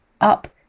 up